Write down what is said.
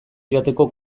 joateko